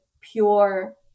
pure